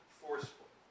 forceful